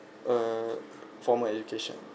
a formal education